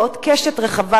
ועוד קשת רחבה,